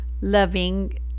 loving